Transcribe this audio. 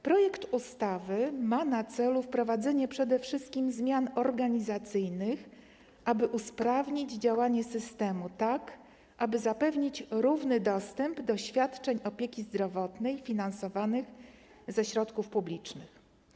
Projekt ustawy ma na celu wprowadzenie przede wszystkim zmian organizacyjnych, aby usprawnić działanie systemu tak, aby zapewnić równy dostęp do świadczeń opieki zdrowotnej finansowanych ze środków publicznych.